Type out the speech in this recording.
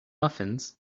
muffins